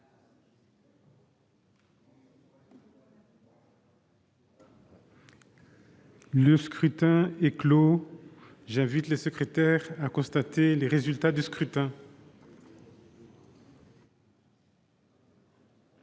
Le scrutin est clos. J'invite Mmes et MM. les secrétaires à constater le résultat du scrutin.